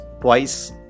twice